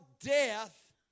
death